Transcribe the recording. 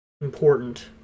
important